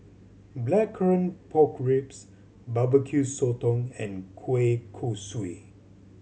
Blackcurrant Pork Ribs Barbecue Sotong and kueh kosui